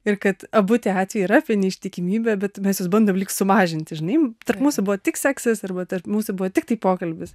ir kad abu tie atvejai yra apie neištikimybę bet mes bandom lyg sumažinti žinai tarp mūsų buvo tik seksas arba tarp mūsų buvo tiktai pokalbis